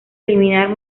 eliminar